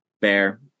Bear